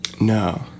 No